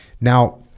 Now